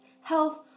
health